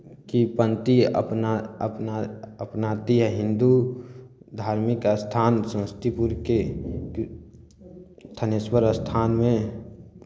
की पंक्ति अपना अपना अपनाती है हिन्दू धार्मिक स्थान समस्तीपुरके थानेश्वर स्थानमे